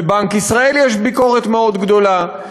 בבנק ישראל יש ביקורת מאוד גדולה.